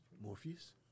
Morpheus